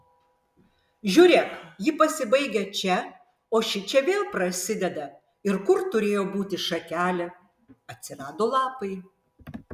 žiūrėk ji pasibaigia čia o šičia vėl prasideda ir kur turėjo būti šakelė atsirado lapai